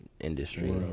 industry